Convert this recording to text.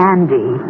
Andy